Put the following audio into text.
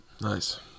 Nice